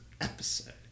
episode